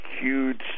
huge